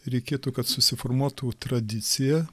reikėtų kad susiformuotų tradicija